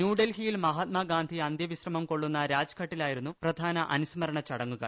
ന്യൂഡൽഹിയിൽ മഹാത്മാഗാന്ധി അന്ത്യ വിശ്രമംകൊള്ളുന്ന രാജ്ഘട്ടിലായിരുന്നു പ്രധാന അനുസ്മരണ ചടങ്ങുകൾ